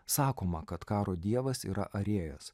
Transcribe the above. sakoma kad karo dievas yra arėjas